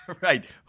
Right